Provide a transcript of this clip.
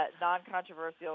non-controversial